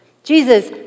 Jesus